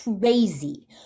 crazy